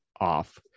off